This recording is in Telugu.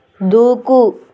దూకు